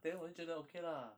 then 我就觉得 okay lah